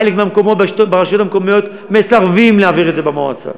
חלק מהמקומות ברשויות המקומיות מסרבים להעביר את זה במועצה.